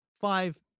five